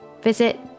Visit